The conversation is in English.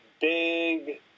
big